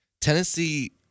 Tennessee